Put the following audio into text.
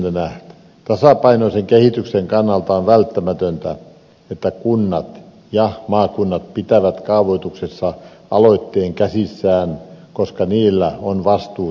yhdeksänneksi tasapainoisen kehityksen kannalta on välttämätöntä että kunnat ja maakunnat pitävät kaavoituksessa aloitteen käsissään koska niillä on vastuu seutukunnista